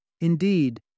Indeed